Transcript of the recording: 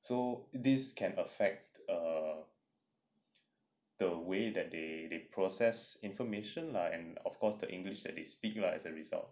so this can affect err the way that they they process information lah and of course the english that they speak lah as a result